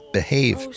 behave